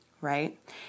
right